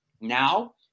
Now